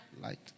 Light